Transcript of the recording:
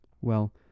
Well